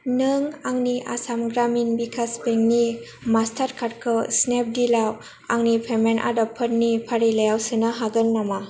नों आंनि आसाम ग्रामिन भिकास बेंकनि मास्टारकार्डखौ स्नेपडिलाव आंनि पेमेन्ट आदबफोरनि फारिलायाव सोनो हागोन नामा